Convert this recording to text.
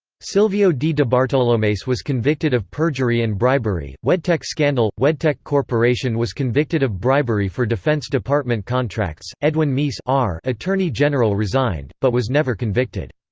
silvio d. debartolomeis was convicted of perjury and bribery wedtech scandal wedtech corporation was convicted of bribery for defense department contracts edwin meese attorney general resigned, but was never convicted.